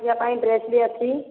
ଝିଅ ପାଇଁ ଡ୍ରେସ ବି ଅଛି